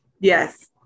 Yes